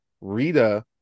Rita